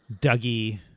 Dougie